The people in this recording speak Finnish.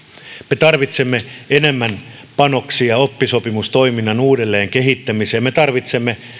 me tarvitsemme enemmän panoksia oppisopimustoiminnan uudelleenkehittämiseen me tarvitsemme